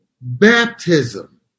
baptism